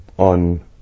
on